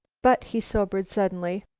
but, he sobered suddenly,